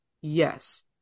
yes